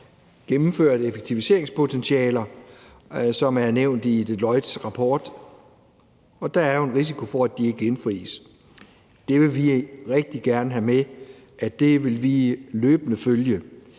gennemført effektiviseringspotentialer, som er nævnt i Deloittes rapport. Der er jo en risiko for, at de ikke indfris. Det vil vi rigtig gerne have med at vi løbende vil følge.